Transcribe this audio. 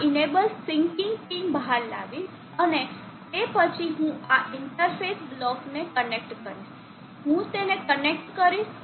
પછી હું આ ઇનેબલ સિંકિંગ પિન બહાર લાવીશ અને તે પછી હું આ ઇન્ટરફેસ બ્લોકને કનેક્ટ કરીશ હું તેને કનેક્ટ કરીશ